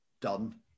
done